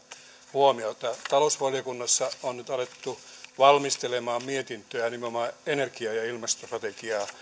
huomiota talousvaliokunnassa on nyt alettu valmistelemaan mietintöä nimenomaan energia ja ilmastostrategiaan